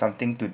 something to